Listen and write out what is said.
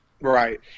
Right